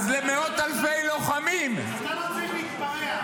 אז למאות אלפי לוחמים --- אתה לא צריך להתפרע.